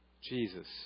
Jesus